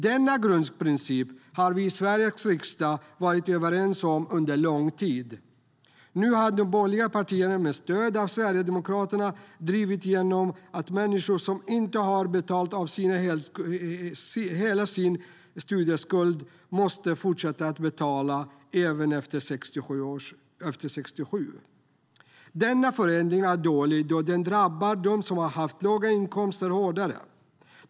Denna grundprincip har vi i Sveriges riksdag varit överens om under lång tid. Nu har de borgerliga partierna med stöd av Sverigedemokraterna drivit igenom att människor som inte har hunnit betala av hela sin studieskuld måste fortsätta att betala tillbaka den även efter 67. Denna förändring är dålig då den drabbar dem som har haft låga inkomster hårdare.